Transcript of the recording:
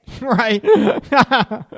Right